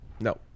No